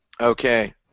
Okay